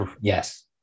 Yes